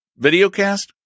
videocast